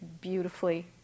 beautifully